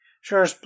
Sure